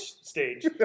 stage